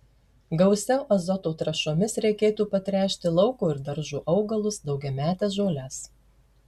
gausiau azoto trąšomis reikėtų patręšti lauko ir daržo augalus daugiametes žoles